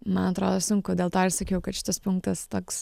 man atrodo sunku dėl to ir sakiau kad šitas punktas toks